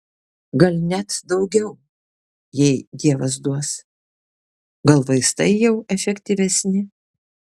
gal net daugiau jei dievas duos gal vaistai jau efektyvesni